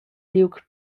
liug